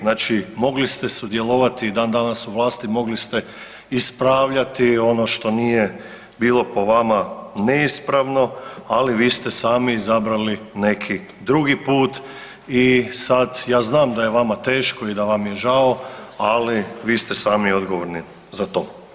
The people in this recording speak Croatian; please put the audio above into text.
Znači mogli ste sudjelovati i dan danas u vlasti, mogli ste ispravljati ono što nije bilo po vama neispravno, ali vi ste sami izabrali neki drugi put i sad ja znam da je vama teško i da vam je žao, ali vi ste sami odgovorni za to.